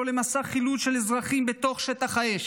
למסע חילוץ של אזרחים בתוך שטח האש.